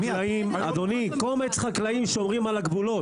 אדוני, קומץ חקלאים שומרים על הגבולות.